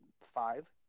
five